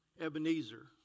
Ebenezer